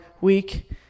week